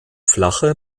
flache